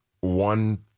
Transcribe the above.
one